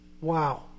Wow